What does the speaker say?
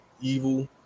evil